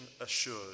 Assured